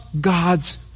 God's